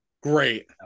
great